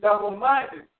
double-minded